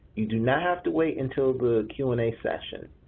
you do not have to wait until the q and a session.